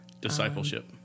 discipleship